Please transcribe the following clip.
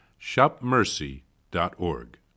shopmercy.org